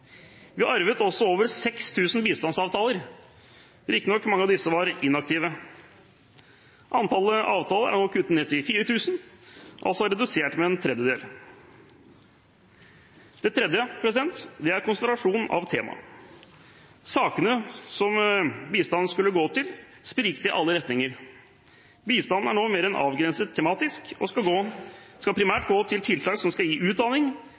avtaler. Vi arvet også over 6 000 bistandsavtaler, mange av disse var riktignok inaktive. Antall avtaler er kuttet til 4 000 – altså redusert med en tredjedel. Det tredje er konsentrasjon av tema. Sakene som bistanden skulle gå til, spriket i alle retninger. Bistanden er nå mer tematisk avgrenset og skal primært gå til tiltak som skal gi utdanning,